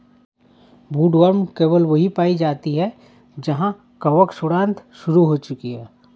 woodworm केवल वहीं पाई जाती है जहां कवक सड़ांध शुरू हो चुकी है